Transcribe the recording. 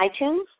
iTunes